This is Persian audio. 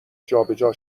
جابجا